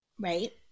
Right